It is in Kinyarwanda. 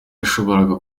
yashoboraga